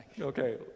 Okay